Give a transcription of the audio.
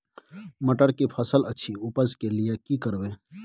मटर के फसल अछि उपज के लिये की करबै?